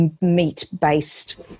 meat-based